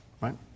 right